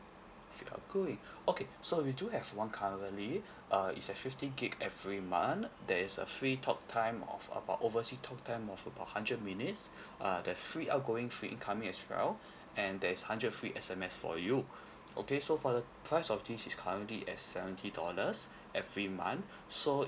free outgoing okay so we do have one currently uh it's at fifty gig every month there is a free talk time of about oversea talk time of about hundred minutes uh they're free outgoing free incoming as well and there is hundred free S_M_S for you okay so for the price of this it's currently at seventy dollars every month so